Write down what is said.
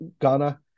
Ghana